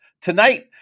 Tonight